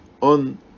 on